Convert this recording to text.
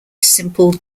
simple